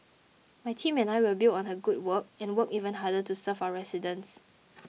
my team and I will build on her good work and work even harder to serve our residents